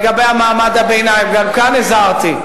וגם עכשיו, לגבי מעמד הביניים, גם כאן הזהרתי.